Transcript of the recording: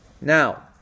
now